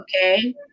okay